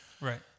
Right